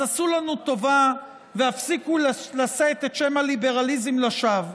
אז עשו לנו טובה והפסיקו לשאת את שם הליברליזם לשווא.